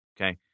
Okay